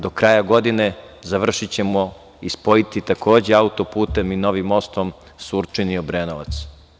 Do kraja godine završićemo i spojiti, takođe, auto-putem i novim mostom Surčin i Obrenovac.